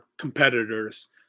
competitors